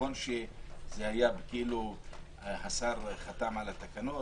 נכון שהשר חתם על התקנות